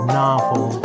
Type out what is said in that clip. novel